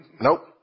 nope